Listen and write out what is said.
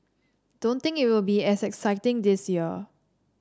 don't think it will be as exciting this year